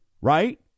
Right